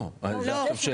לא, זאת שאלה.